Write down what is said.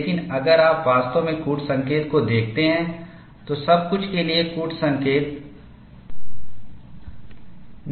लेकिन अगर आप वास्तव में कूट संकेत को देखते हैं तो सब कुछ के लिए कूट संकेत निर्दिष्ट करता है